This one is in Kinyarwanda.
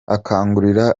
akangurira